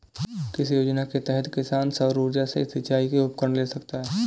किस योजना के तहत किसान सौर ऊर्जा से सिंचाई के उपकरण ले सकता है?